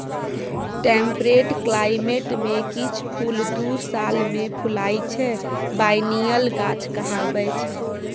temperate climate मे किछ फुल दु साल मे फुलाइ छै बायनियल गाछ कहाबै छै